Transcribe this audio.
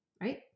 Right